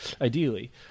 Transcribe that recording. Ideally